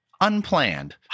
Unplanned